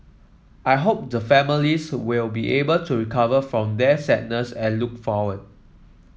I hope the families will be able to recover from their sadness and look forward